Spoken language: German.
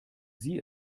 sie